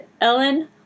Ellen